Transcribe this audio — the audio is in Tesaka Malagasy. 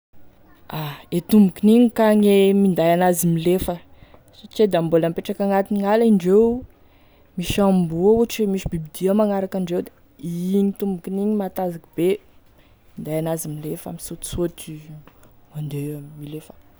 Gne tombokiny igny ka e minday an'azy milefa satria da mbola mipetraky agnatin'ny ala indreo misy amboa ohatry misy biby dia magnaraky andreo da igny tombokiny igny mantajaky be minday an'azy milefa misaotesaoty mandeha milefa.